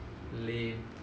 lame